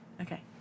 Okay